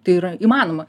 tai yra įmanoma